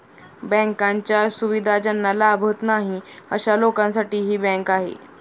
बँकांच्या सुविधा ज्यांना लाभत नाही अशा लोकांसाठी ही बँक आहे